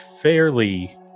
fairly